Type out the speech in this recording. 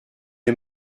les